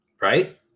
right